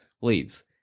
leaves